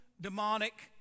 demonic